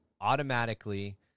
automatically